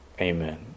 Amen